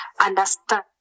understand